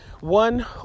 one